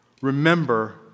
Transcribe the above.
Remember